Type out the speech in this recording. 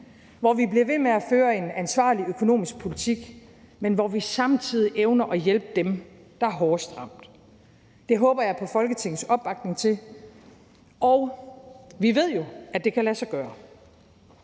hvor vi bliver ved med at føre en ansvarlig økonomisk politik, men hvor vi samtidig evner at hjælpe dem, der er hårdest ramt. Det håber jeg på Folketingets opbakning til. Og vi ved jo, at det kan lade sig gøre.